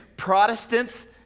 Protestants